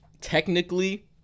technically